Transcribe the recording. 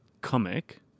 Comic